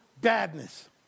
badness